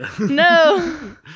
No